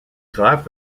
graves